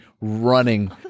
running